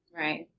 Right